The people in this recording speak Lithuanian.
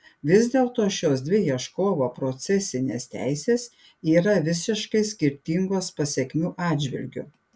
vis dėlto šios dvi ieškovo procesinės teisės yra visiškai skirtingos pasekmių atžvilgiu